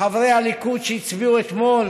חברי הליכוד שהצביעו אתמול